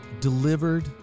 delivered